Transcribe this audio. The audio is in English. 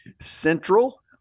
Central